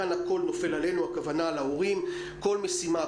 כאן הכול נופל עלינו הכוונה על ההורים כל משימה,